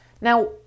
Now